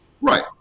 Right